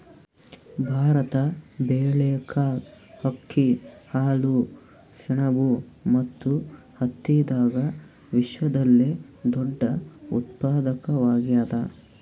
ಭಾರತ ಬೇಳೆಕಾಳ್, ಅಕ್ಕಿ, ಹಾಲು, ಸೆಣಬು ಮತ್ತು ಹತ್ತಿದಾಗ ವಿಶ್ವದಲ್ಲೆ ದೊಡ್ಡ ಉತ್ಪಾದಕವಾಗ್ಯಾದ